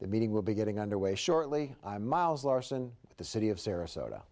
the meeting will be getting underway shortly miles larson the city of sarasota